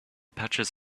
patches